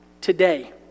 today